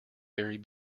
very